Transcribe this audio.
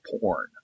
porn